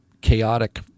chaotic